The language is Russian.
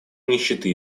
нищеты